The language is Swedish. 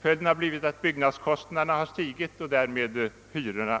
Följden har blivit att byggnadskostnaderna och därmed hyrorna har stigit.